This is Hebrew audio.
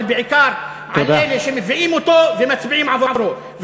אבל בעיקר על אלה שמביאים אותו ומצביעים עבורו.